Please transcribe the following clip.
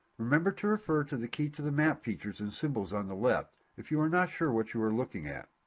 remember to refer to the key to the map features and symbols on the left if you are not sure what you are looking at.